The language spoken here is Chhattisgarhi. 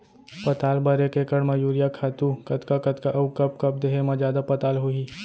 पताल बर एक एकड़ म यूरिया खातू कतका कतका अऊ कब कब देहे म जादा पताल होही?